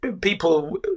people